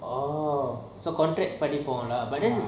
oh so contract போடி போவார்களா:podi povangala but then